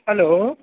hello